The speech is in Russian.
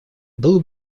было